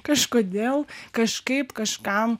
kažkodėl kažkaip kažkam